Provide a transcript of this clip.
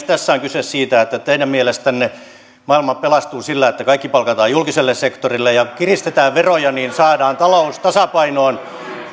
tässä on kyse siitä että teidän mielestänne maailma pelastuu sillä että kaikki palkataan julkiselle sektorille ja kun kiristetään veroja niin saadaan talous tasapainoon